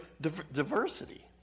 diversity